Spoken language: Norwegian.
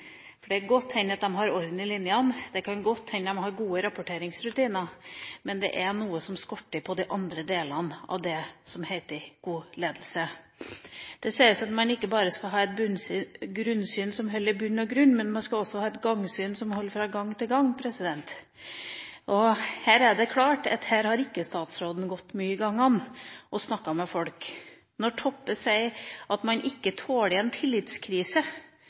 svakheter. Det kan godt hende de har orden i linjene, det kan godt hende de har gode rapporteringsrutiner, men det skorter på noe når det gjelder de andre delene av det som heter god ledelse. Det sies at man ikke bare skal ha et grunnsyn som holder i bunn og grunn, men at man også skal ha et gangsyn som holder fra gang til gang. Her er det klart at statsråden ikke har gått mye i gangene og snakket med folk. Når representanten Toppe sier at man ikke tåler en tillitskrise